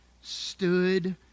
stood